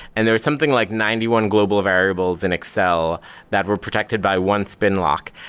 and there was something like ninety one global variables in excel that were protected by one spin lock.